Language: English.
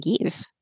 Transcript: give